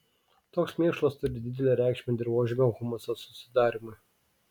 toks mėšlas turi didelę reikšmę dirvožemio humuso susidarymui